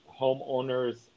homeowners